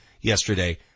yesterday